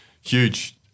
Huge